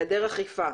היעדר אכיפה,